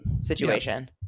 situation